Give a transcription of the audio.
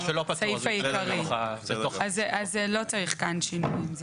שלא יהיה פטור --- אז לא צריך כאן שינויים.